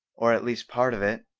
or at least part of it,